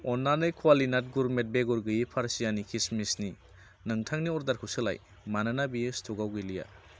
अननानै कुवालिनाट गुरमेट बेगर गैयै पारसियानि किसमिसनि नोंथांनि अर्डारखौ सोलाय मानोना बेयो स्टकआव गैलिया